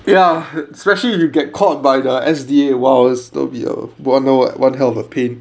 ya especially if you get caught by the S_D_A !wow! s that will be one hour one hell of a pain